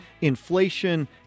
inflation